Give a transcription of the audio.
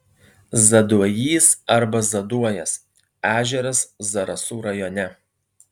zaduojys arba zaduojas ežeras zarasų rajone